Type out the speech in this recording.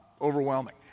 overwhelming